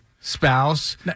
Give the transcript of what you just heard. Spouse